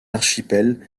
archipel